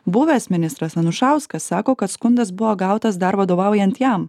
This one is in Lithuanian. buvęs ministras anušauskas sako kad skundas buvo gautas dar vadovaujant jam